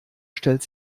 stellt